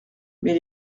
mais